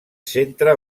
centre